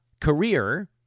career